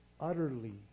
utterly